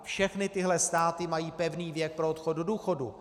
Všechny tyhle státy mají pevný věk pro odchod do důchodu.